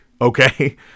okay